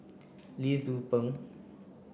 Lee Tzu Pheng